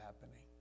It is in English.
happening